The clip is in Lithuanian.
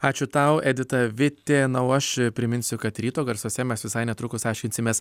ačiū tau edita vitė na o aš priminsiu kad ryto garsuose mes visai netrukus aiškinsimės